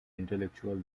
intellectual